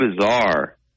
bizarre